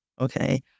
okay